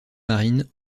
marine